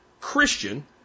Christian